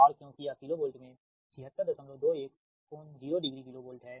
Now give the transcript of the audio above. और क्योंकि यह किलो वोल्ट में 7621 कोण 0 डिग्री किलो वोल्ट है